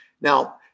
now